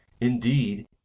Indeed